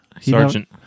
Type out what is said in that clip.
Sergeant